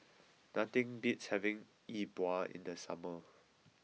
nothing beats having Yi Bua in the summer